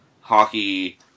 hockey